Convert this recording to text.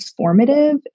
transformative